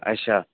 अच्छा